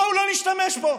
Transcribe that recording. בואו לא נשתמש בו.